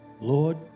Lord